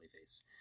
face